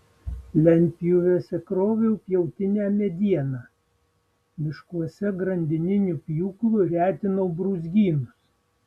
lentpjūvėse kroviau pjautinę medieną miškuose grandininiu pjūklu retinau brūzgynus